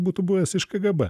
būtų buvęs iš kgb